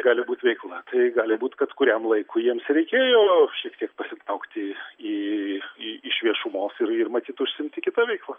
gali būt veikla tai gali būt kad kuriam laikui jiems reikėjo šiek tiek pasitraukti į iš viešumos ir ir matyt užsiimti kita veikla